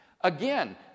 Again